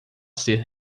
ser